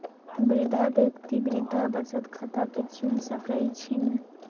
वृद्धा व्यक्ति वृद्धा बचत खता के चुन सकइ छिन्ह